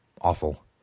Awful